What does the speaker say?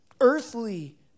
Earthly